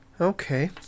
Okay